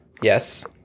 Yes